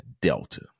delta